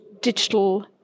digital